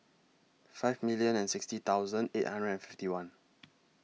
five million and sixty thousand eight hundred and fifty one